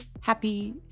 Happy